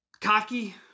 cocky